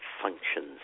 functions